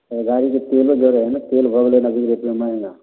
ओइमे गाड़ीके तेलो जरै हय नहि तेल भऽ गेलै एहि बीचमे महगा